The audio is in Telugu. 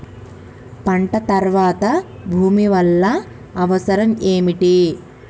పంట తర్వాత భూమి వల్ల అవసరం ఏమిటి?